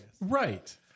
Right